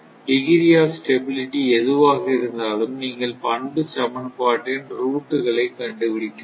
degree of stability எதுவாக இருந்தாலும் நீங்கள் பண்பு சமன்பாட்டின் ரூட் களை கண்டுபிடிக்க வேண்டும்